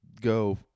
go